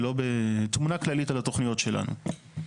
בתמונה כללית על התוכניות שלנו.